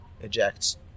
ejects